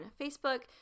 Facebook